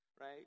right